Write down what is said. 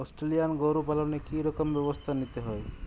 Australian গরু পালনে কি রকম ব্যবস্থা নিতে হয়?